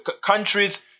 countries